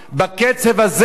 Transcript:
לא מדינה יהודית,